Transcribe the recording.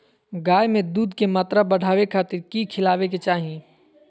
गाय में दूध के मात्रा बढ़ावे खातिर कि खिलावे के चाही?